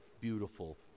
beautiful